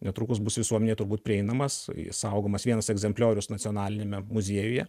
netrukus bus visuomenei turbūt prieinamas saugomas vienas egzempliorius nacionaliniame muziejuje